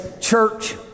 church